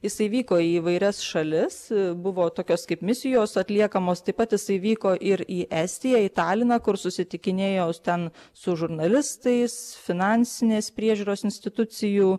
jisai vyko į įvairias šalis buvo tokios kaip misijos atliekamos taip pat jisai vyko ir į estiją į taliną kur susitikinėjo su ten su žurnalistais finansinės priežiūros institucijų